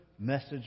message